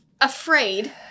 afraid